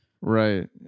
Right